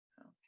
Okay